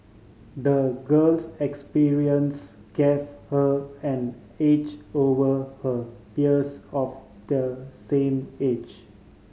the girl's experience gave her an edge over her peers of the same age